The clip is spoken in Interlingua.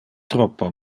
troppo